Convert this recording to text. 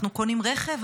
אנחנו קונים רכב?